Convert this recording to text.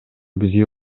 бизге